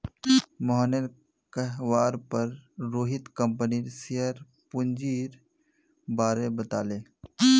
मोहनेर कहवार पर रोहित कंपनीर शेयर पूंजीर बारें बताले